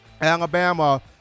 Alabama